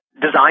design